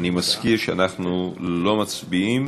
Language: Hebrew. אני מזכיר שאנחנו לא מצביעים.